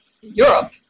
Europe